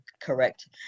Correct